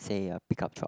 say a pickup truck